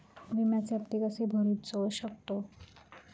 विम्याचे हप्ते कसे भरूचो शकतो?